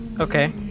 Okay